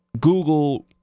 Google